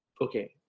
okay